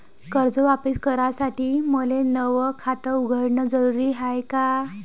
कर्ज वापिस करासाठी मले नव खात उघडन जरुरी हाय का?